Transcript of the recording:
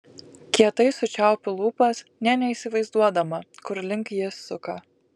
kietai sučiaupiu lūpas nė neįsivaizduodama kur link jis suka